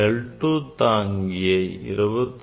L2 தாங்கியை 21